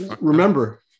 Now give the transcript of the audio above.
remember